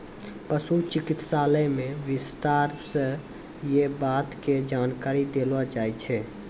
पशु चिकित्सालय मॅ विस्तार स यै बात के जानकारी देलो जाय छै